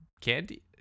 candy